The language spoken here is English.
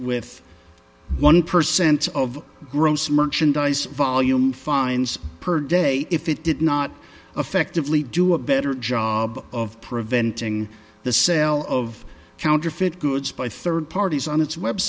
with one percent of gross merchandise volume fines per day if it did not affectively do a better job of preventing the sale of counterfeit goods by third parties on its